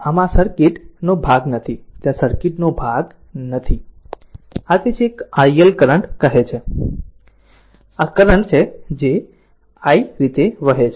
આમ આ સર્કિટ નો આ ભાગ નથી ત્યાં સર્કિટ નો આ ભાગ નથી અને આ તે છે જેને i L કરંટ કહે છે અને આ કરંટ છે જેને i આ રીતે છે